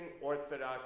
Orthodox